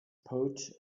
pouch